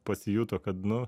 pasijuto kad nu